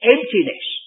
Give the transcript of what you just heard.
Emptiness